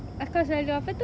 ah kau selalu apa tu